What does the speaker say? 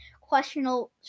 questionable